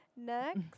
Next